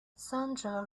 sandra